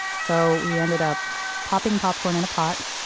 so we ended up popping popcorn in a pot,